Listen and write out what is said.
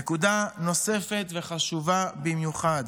נקודה נוספת וחשובה במיוחד